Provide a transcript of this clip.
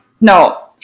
No